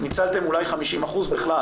ניצלתם אולי 50% בכלל.